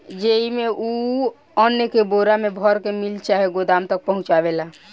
जेइमे, उ अन्न के बोरा मे भर के मिल चाहे गोदाम तक पहुचावेला